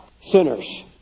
sinners